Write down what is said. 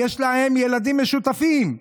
יש להם ילדים משותפים.